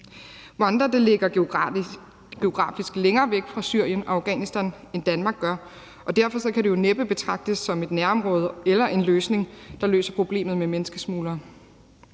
Rwanda ligger geografisk længere væk fra Syrien og Afghanistan, end Danmark gør, og derfor kan det jo næppe betragtes som et nærområde eller en løsning, der løser problemet med menneskesmuglere.